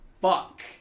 fuck